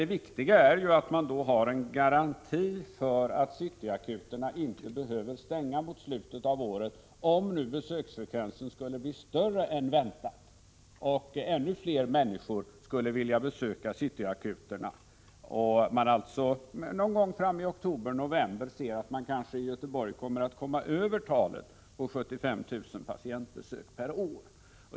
Det viktiga är att det finns garantier för att City-akuterna inte behöver stänga mot slutet av året om besöksfrekvensen skulle bli större än väntat. Om ännu fler människor vill besöka City-akuterna ser man kanske i oktobernovember i Göteborg att man kommer över 75 000 patientbesök per år.